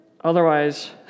otherwise